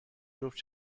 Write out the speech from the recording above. جفت